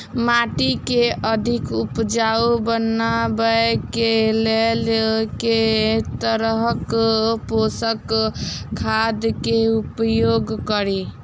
माटि केँ अधिक उपजाउ बनाबय केँ लेल केँ तरहक पोसक खाद केँ उपयोग करि?